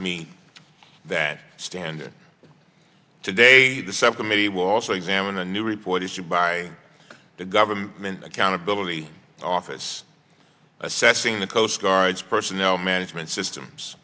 meet that standard today the subcommittee will also examine a new report issued by the government accountability office assessing the coastguards personnel management systems